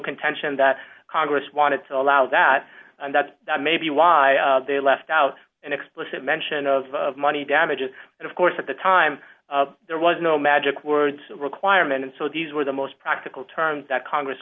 contention that congress wanted to allow that and that may be why they left out an explicit mention of money damages and of course at the time there was no magic words requirement and so these were the most practical terms that congress